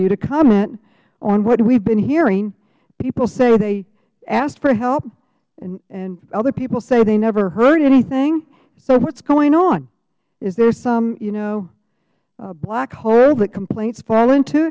you to comment on what we've been hearing people say they asked for help and other people say they never heard anything so what's going on is there some you know black hole that complaints fall into